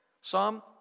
Psalm